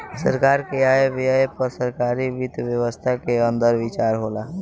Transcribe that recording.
सरकार के आय व्यय पर सरकारी वित्त व्यवस्था के अंदर विचार होला